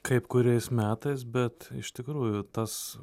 kaip kuriais metais bet iš tikrųjų tas